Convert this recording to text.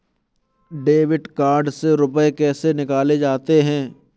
Debit card से रुपये कैसे निकाले जाते हैं?